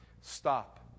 Stop